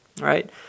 right